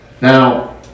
Now